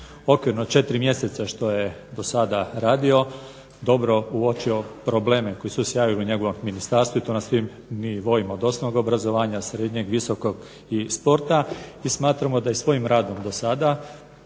okvirno 4 mjeseca što je dosada radio dobro uočio probleme koji su se javili u njegovom ministarstvu i to na svim nivoima, od osnovnog obrazovanja, srednjeg, visokog i sporta i smatramo da je svojim radom dosada